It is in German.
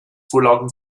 vorlagen